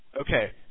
okay